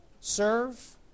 Serve